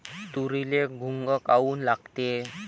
तुरीले घुंग काऊन लागते?